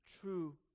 true